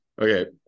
okay